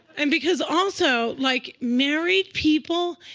and because also, like, married people,